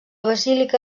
basílica